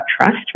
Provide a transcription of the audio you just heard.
trust